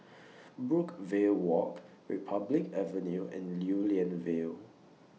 Brookvale Walk Republic Avenue and Lew Lian Vale